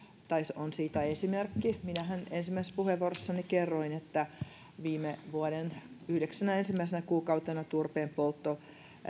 tai on siitä esimerkki minähän ensimmäisessä puheenvuorossani kerroin että viime vuoden yhdeksänä ensimmäisenä kuukautena turpeen poltto